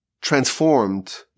transformed